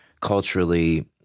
culturally